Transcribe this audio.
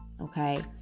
okay